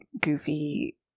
goofy